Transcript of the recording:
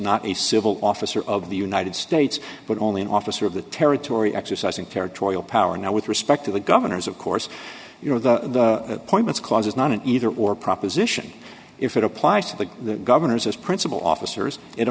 not a civil officer of the united states but only an officer of the territory exercising territorial power now with respect to the governors of course you know the appointments clause is not an either or proposition if it applies to the governors as principal officers it